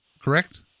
correct